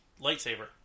lightsaber